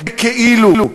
בכאילו.